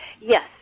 Yes